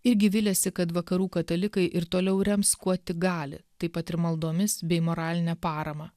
irgi viliasi kad vakarų katalikai ir toliau rems kuo tik gali taip pat ir maldomis bei moraline parama